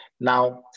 Now